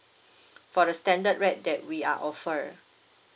for the standard rate that we are offer